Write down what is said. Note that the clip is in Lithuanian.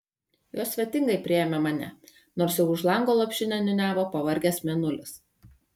jos svetingai priėmė mane nors jau už lango lopšinę niūniavo pavargęs mėnulis